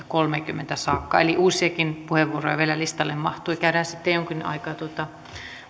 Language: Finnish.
kolmekymmentä saakka eli uusiakin puheenvuoroja vielä listalle mahtuu käydään sitten jonkin aikaa tuota